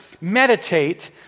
meditate